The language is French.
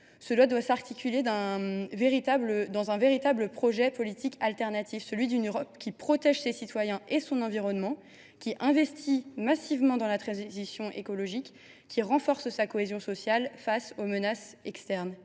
dans le cadre d’un véritable projet politique alternatif : celui d’une Europe qui protège ses citoyens et son environnement, qui investit massivement dans la transition écologique, qui renforce sa cohésion sociale face aux menaces externes.